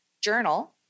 journal